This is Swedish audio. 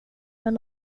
men